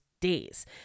days